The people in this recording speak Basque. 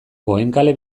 goenkale